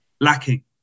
lacking